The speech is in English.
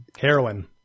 Heroin